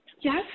Yes